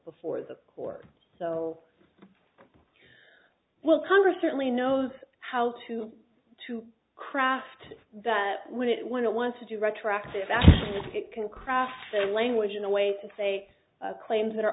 before the court so well congress certainly knows how to to craft that when it when it wants to do retroactive that it can craft the language in a way to say claims that are